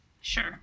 Sure